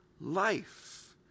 life